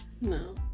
No